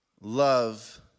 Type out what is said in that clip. love